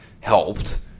helped